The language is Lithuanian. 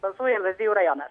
balsuoja lazdijų rajonas